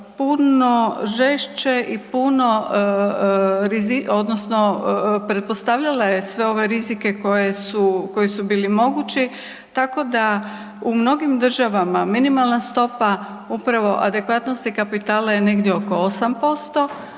puno žešće i puno odnosno pretpostavljala je sve ove rizike koje su, koji su bili mogući, tako da u mnogim državama minimalna stopa upravo adekvatnosti kapitala je negdje oko 8%,